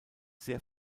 sehr